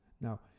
Now